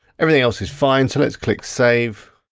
everything else is fine, so let's click save.